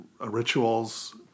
rituals